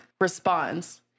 responds